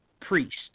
priest